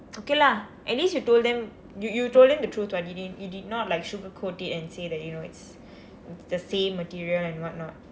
okay lah at least you told them you you told them the truth [what] you didn't you did not like sugar coat it and say that you know it's the same material and what not